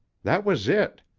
that was it.